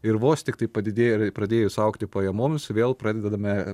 ir vos tiktai padidėja pradėjus augti pajamoms vėl pradedame